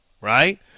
right